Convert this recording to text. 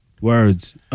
Words